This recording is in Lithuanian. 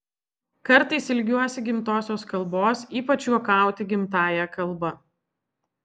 kartais ilgiuosi gimtosios kalbos ypač juokauti gimtąja kalba